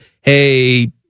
Hey